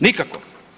Nikako.